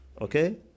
Okay